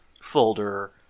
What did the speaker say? folder